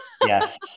Yes